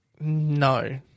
no